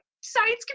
science